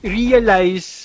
realize